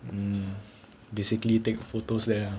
um basically take photos there